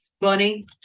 Bunny